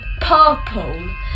purple